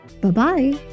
Bye-bye